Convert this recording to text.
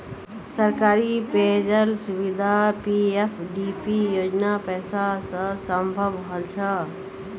सरकारी पेय जल सुविधा पीएफडीपी योजनार पैसा स संभव हल छ